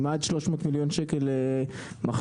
אם עד 300 מיליון שקל מחזור,